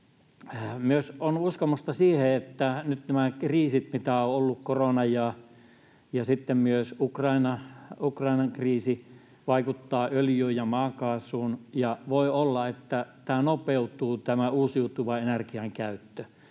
on uskomusta siihen, että nyt nämä kriisit, mitä on ollut — korona ja sitten myös Ukrainan kriisi — vaikuttavat öljyyn ja maakaasuun, ja voi olla, että uusiutuvan energian käyttö